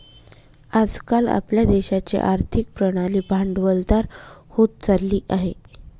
आज काल आपल्या देशाची आर्थिक प्रणाली भांडवलदार होत चालली आहे